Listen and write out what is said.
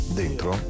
dentro